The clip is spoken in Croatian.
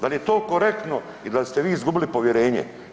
Da li je to korektno i da li ste vi izgubili povjerenje?